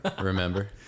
Remember